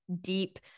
deep